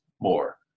more